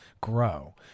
grow